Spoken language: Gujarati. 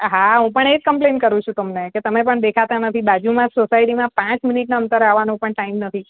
હા હું પણ એ જ ક્મ્પ્લેઇન્ટ કરું છું તમને કે તમે પણ દેખાતા નથી બાજુના જ સોસાયટીમાં પાંચ મિનિટનાં અંતરે આવવાનો પણ ટાઈમ નથી